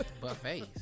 buffets